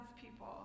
people